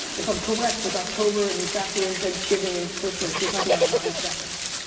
if i'm correct, with october and you factor in thanksgiving and christmas, you're talking about nine seconds.